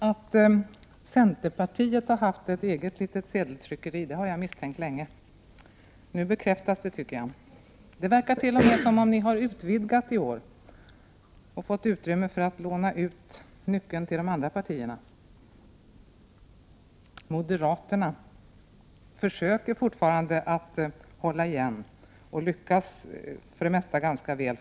Att centerpartiet har haft ett eget litet sedeltryckeri har jag misstänkt länge. Nu bekräftas det, tycker jag. Det verkar t.o.m. som om ni har utvidgat i år och fått utrymme för att låna ut nyckeln till de andra partierna. Moderaterna försöker fortfarande att hålla igen — och lyckas för det mesta ganska väl.